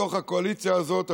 בתוך הקואליציה הזאת,